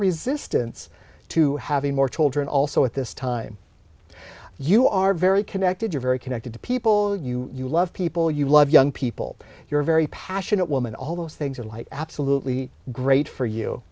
resistance to having more children also at this time you are very connected you're very connected to people you love people you love young people you're very passionate woman all those things are like absolutely great for you